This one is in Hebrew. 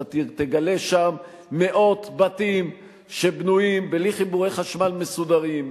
אתה תגלה שם מאות בתים שבנויים בלי חיבורי חשמל מסודרים,